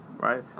Right